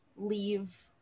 leave